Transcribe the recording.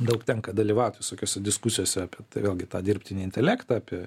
daug tenka dalyvaut visokiose diskusijose apie tai vėlgi tą dirbtinį intelektą apie